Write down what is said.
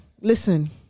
Listen